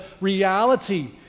reality